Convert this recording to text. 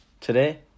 Today